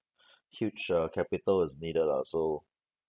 huge err capital is needed ah so